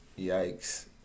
Yikes